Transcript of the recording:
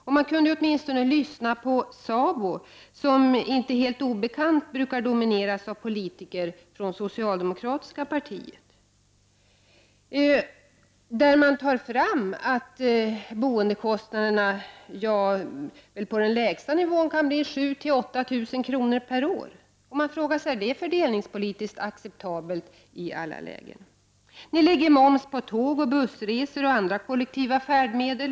Åtminstone kunde man lyssna på SABO - som inte helt obekant brukar domineras av politiker från det socialdemokratiska partiet — som har tagit fram siffror för boendekostnaderna på den lägsta nivån som beräknas bli 7 000—8 000 kr. mer per år. Är det fördelningspolitiskt acceptabelt i alla lägen? Ni lägger moms på tågoch bussresor och andra kollektiva färdmedel.